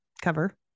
cover